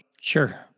Sure